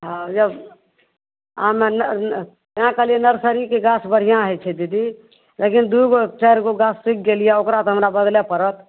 हँ लेब आम तेँ कहलियै नर्सरीके गाछ बढ़िऑं होइ छै दीदी लेकिन दू गो चारि गो गाछ सुखि गेल यऽ ओकरा तऽ हमरा बदलै परत